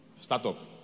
Startup